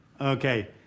Okay